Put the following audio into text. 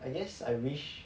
I guess I wish